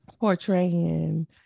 portraying